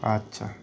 আচ্ছা